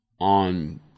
on